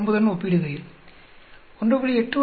9உடன் ஒப்பீடுகையில் 1